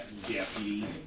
Deputy